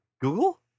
Google